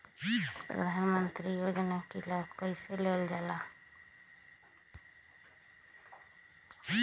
प्रधानमंत्री योजना कि लाभ कइसे लेलजाला?